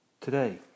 today